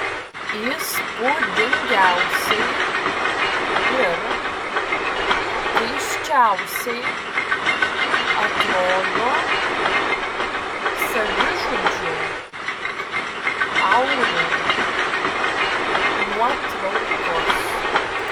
įspūdingiausiai ir keisčiausiai atrodo savižudžių aurų nuotraukos